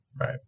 right